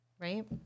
right